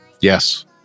Yes